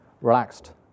relaxed